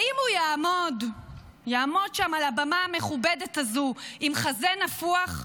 האם הוא יעמוד שם על הבמה המכובדת הזו עם חזה נפוח,